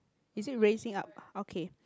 is it raising up okay